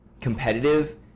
competitive